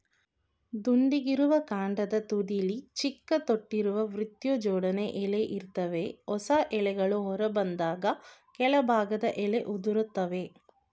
ದುಂಡಗಿರುವ ಕಾಂಡದ ತುದಿಲಿ ಚಿಕ್ಕ ತೊಟ್ಟಿರುವ ವೃತ್ತಜೋಡಣೆ ಎಲೆ ಇರ್ತವೆ ಹೊಸ ಎಲೆಗಳು ಹೊರಬಂದಾಗ ಕೆಳಭಾಗದ ಎಲೆ ಉದುರ್ತವೆ